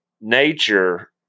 nature